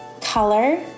color